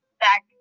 back